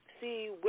See